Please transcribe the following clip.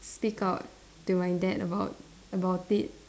speak out to my dad about about it